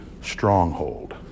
stronghold